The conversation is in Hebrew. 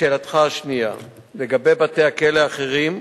לשאלתך השנייה: לגבי בתי-הכלא האחרים,